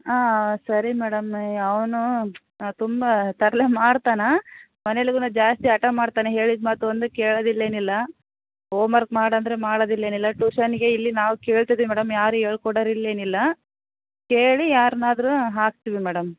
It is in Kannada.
ಹಾಂ ಸರಿ ಮೇಡಮ್ ಅವನು ತುಂಬ ತರಲೆ ಮಾಡ್ತಾನಾ ಮನೆಲ್ಲಿಗುನು ಜಾಸ್ತಿ ಹಠ ಮಾಡ್ತಾನೆ ಹೇಳಿದ ಮಾತು ಒಂದೂ ಕೇಳೋದಿಲ್ಲ ಏನಿಲ್ಲ ಹೋಮರ್ಕ್ ಮಾಡು ಅಂದರೆ ಮಾಡೋದಿಲ್ಲ ಏನಿಲ್ಲ ಟ್ಯೂಷನ್ಗೆ ಇಲ್ಲಿ ನಾವು ಕೇಳ್ತಿದ್ದೀವಿ ಮೇಡಮ್ ಯಾರೂ ಹೇಳ್ಕೊಡೋರಿಲ್ಲ ಏನಿಲ್ಲ ಕೇಳಿ ಯಾರನ್ನಾದ್ರೂ ಹಾಕ್ತೀವಿ ಮೇಡಮ್